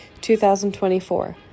2024